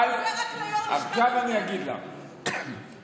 זה רק ליו"ר לשכת עורכי הדין.